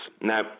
Now